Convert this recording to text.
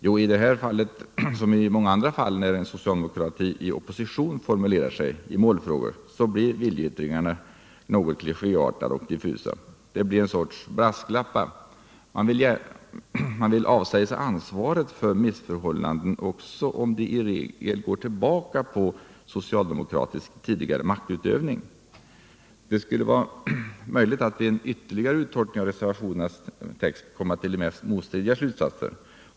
Jo, i det här fallet som i så många andra fall när den socialdemokratiska oppositionen formulerar sig i målfrågor så blir viljeyttringarna något klichéartade och diffusa. Det blir en sorts brasklappar. Man vill avsäga sig ansvaret för missförhållanden också om de i regel går tillbaka på socialdemokratisk tidigare maktutövning. Det skulle vara möjligt att vid en ytterligare uttolkning av reservationernas text komma till de mest motstridiga slutsatser.